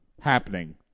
happening